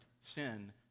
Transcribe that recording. sin